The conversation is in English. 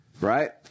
right